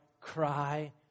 cry